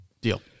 deal